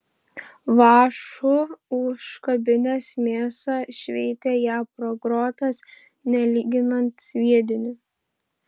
vąšu užkabinęs mėsą šveitė ją pro grotas nelyginant sviedinį